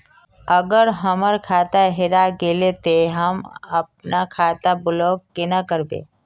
अगर हमर खाता हेरा गेले ते हम अपन खाता ब्लॉक केना करबे?